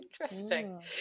interesting